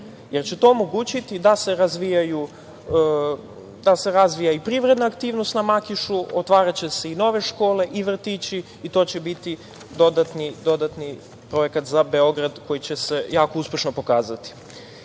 jer će to omogućiti da se razvija i privredna aktivnost na Makišu, otvaraće se i nove škole i vrtići, i to će biti dodatni projekat za Beograd koji će se jako uspešno pokazati. Upravo